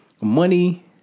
money